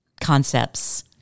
concepts